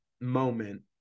moment